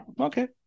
Okay